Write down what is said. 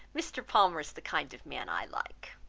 mr. palmer is the kind of man i like.